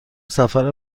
سفر